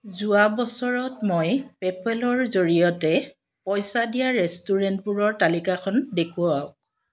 যোৱা বছৰত মই পে'পলৰ জৰিয়তে পইচা দিয়া ৰেষ্টুৰেণ্টবোৰৰ তালিকাখন দেখুৱাওক